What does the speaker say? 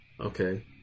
Okay